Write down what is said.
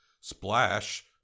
Splash